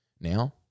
now